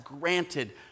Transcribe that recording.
granted